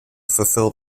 fulfil